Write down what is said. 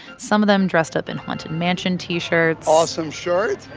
some of them dressed up in haunted mansion t-shirts. awesome shirt.